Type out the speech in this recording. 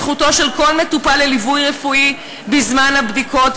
את זכותו של כל מטופל לליווי רפואי בזמן הבדיקות,